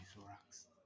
thorax